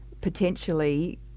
potentially